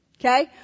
Okay